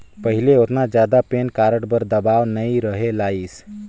पहिले ओतना जादा पेन कारड बर दबाओ नइ रहें लाइस